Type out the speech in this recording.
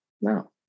No